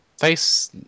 face